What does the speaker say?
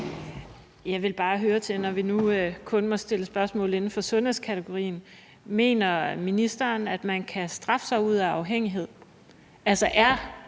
Jeg vil bare høre om noget. Når vi nu kun må stille spørgsmål inden for sundhedskategorien, mener ministeren så, at man kan straffe sig ud af afhængighed?